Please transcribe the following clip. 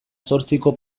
zortziko